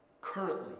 Currently